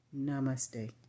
namaste